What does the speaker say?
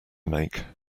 make